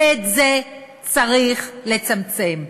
ואת זה צריך לצמצם.